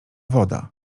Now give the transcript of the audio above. woda